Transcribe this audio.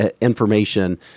information